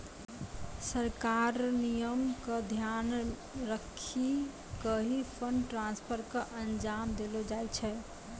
सरकार र नियम क ध्यान रखी क ही फंड ट्रांसफर क अंजाम देलो जाय छै